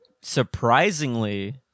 surprisingly